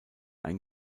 ein